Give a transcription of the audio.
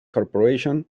corporation